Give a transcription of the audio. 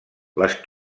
les